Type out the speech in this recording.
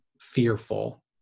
fearful